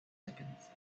seconds